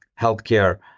healthcare